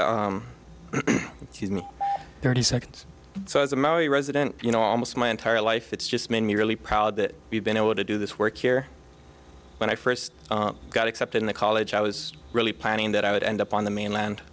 thirty seconds so as a maori resident you know almost my entire life it's just made me really proud that we've been able to do this work here when i first got accepted into college i was really planning that i would end up on the mainland